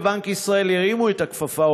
בבנק ישראל הרימו את הכפפה,